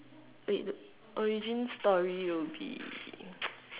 wait origin story will be